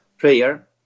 player